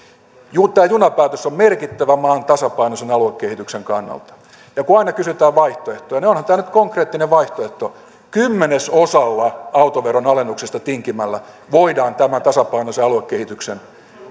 tämä junapäätös on merkittävä maan tasapainoisen aluekehityksen kannalta ja kun aina kysytään vaihtoehtoa niin onhan tämä nyt konkreettinen vaihtoehto kymmenesosalla autoveron alennuksesta tinkimällä voidaan tämä tasapainoisen aluekehityksen